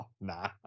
Nah